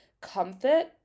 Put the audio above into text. comfort